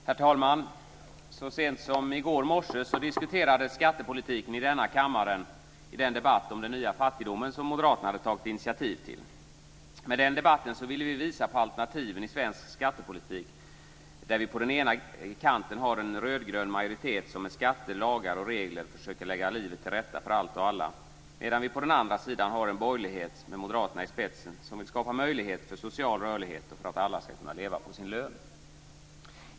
Herr talman! Så sent som i går morse diskuterades skattepolitiken i denna kammare i den debatt om den nya fattigdomen som moderaterna hade tagit initiativ till. Med den debatten ville vi visa på alternativen i svensk skattepolitik. På den ena kanten har vi en rödgrön majoritet som med skatter, lagar och regler försöker lägga livet till rätta för allt och alla, medan vi på den andra sidan har en borgerlighet med moderaterna i spetsen som vill skapa möjlighet för social rörlighet och för att alla ska kunna leva på sin lön.